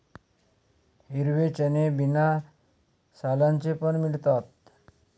हिरवे चणे बिना सालांचे पण मिळतात